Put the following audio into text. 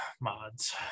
mods